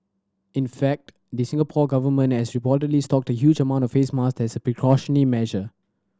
in fact the Singapore Government has reportedly stocked a huge amount of face masks precautionary measure